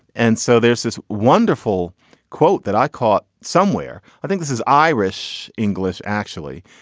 and so there's this wonderful quote that i caught somewhere. i think this is irish english actually,